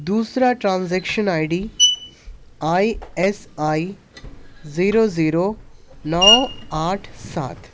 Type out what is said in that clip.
دوسرا transaction I D I S I zero zero نو آٹھ سات